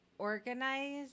organize